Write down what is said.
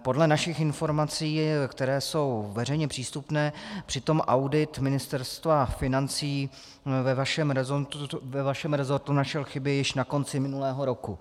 Podle našich informací, které jsou veřejně přístupné, přitom audit Ministerstva financí ve vašem resortu našel chyby již na konci minulého roku.